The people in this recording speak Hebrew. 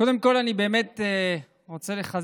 סמי אבו שחאדה, אינו נוכח,